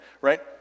right